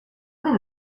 going